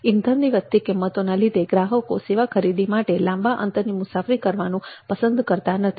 ઇંધણની વધતી કિંમતોના લીધે ગ્રાહકો સેવા ખરીદી માટે લાંબા અંતરની મુસાફરી કરવાનું પસંદ કરતા નથી